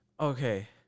Okay